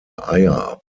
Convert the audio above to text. eier